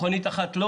מכונית אחת לא